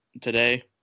today